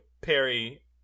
perry